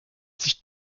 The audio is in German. sich